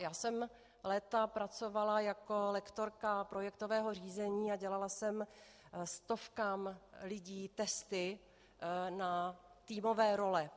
Já jsem léta pracovala jako lektorka projektového řízení a dělala jsem stovkám lidí testy na týmové role.